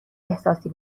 احساسی